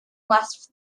last